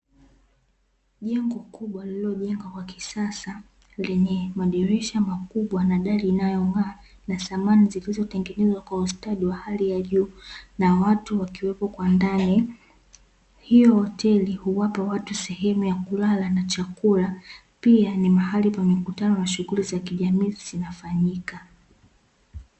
Jengo kubwa lililojengwa kwa kisasa, lenye madirisha makubwa na dari inayong'aa, na samani zilizotengenezwa kwa ustadi wa hali ya juu, na watu wakiwepo kwa ndani. Hii hoteli huwapa watu sehemu ya kulala na chakula, pia ni mahali pa mikutano na shughuli za kijamii zinafanyika.